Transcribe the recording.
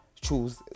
choose